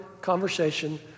conversation